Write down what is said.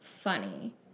funny